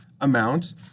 amount